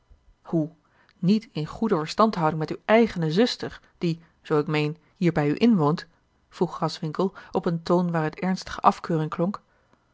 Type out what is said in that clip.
hoe niet in goede verstandhouding met uwe eigene zuster die zoo ik meen hier bij u inwoont vroeg graswinckel op een toon waaruit ernstige afkeuring klonk